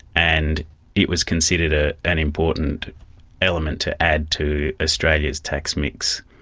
and it was considered ah an important element to add to australia's tax mix.